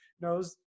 knows